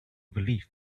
believe